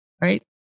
right